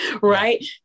right